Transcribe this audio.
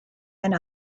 and